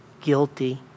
guilty